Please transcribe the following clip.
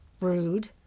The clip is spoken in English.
Rude